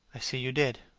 i see you did.